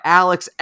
alex